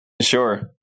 Sure